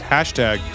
Hashtag